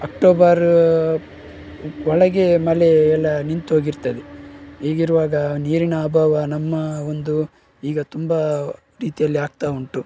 October ಒಳಗೆ ಮಳೆ ಎಲ್ಲ ನಿಂತೋಗಿರ್ತದೆ ಈಗಿರುವಾಗ ನೀರಿನ ಅಭಾವ ನಮ್ಮ ಒಂದು ಈಗ ತುಂಬ ರೀತಿಯಲ್ಲಿ ಆಗ್ತಾ ಉಂಟು